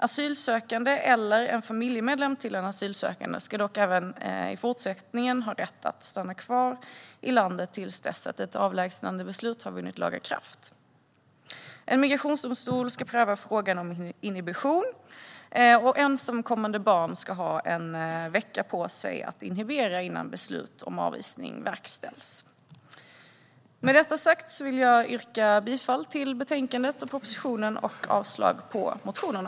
Asylsökande eller en familjemedlem till en asylsökande ska dock även i fortsättningen ha rätt att stanna kvar i landet till dess ett avlägsnandebeslut har vunnit laga kraft. En migrationsdomstol ska pröva frågan om inhibition, och ensamkommande barn ska ha en vecka på sig att inhibera innan beslut om avvisning verkställs. Med detta sagt vill jag yrka bifall till utskottets förslag i betänkandet och propositionen och avslag på motionerna.